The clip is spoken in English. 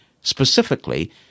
specifically